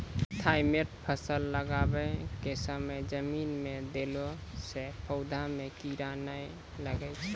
Thimet फ़सल लगाबै के समय जमीन मे देला से पौधा मे कीड़ा नैय लागै छै?